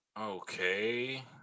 Okay